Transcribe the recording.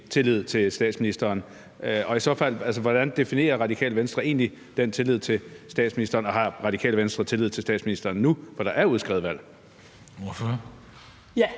tillid til statsministeren, og hvordan definerer Radikale Venstre egentlig den tillid til statsministeren, og har Radikale Venstre tillid til statsministeren nu, hvor der er udskrevet valg?